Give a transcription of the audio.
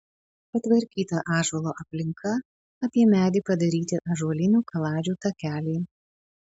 patvarkyta ąžuolo aplinka apie medį padaryti ąžuolinių kaladžių takeliai